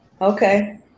Okay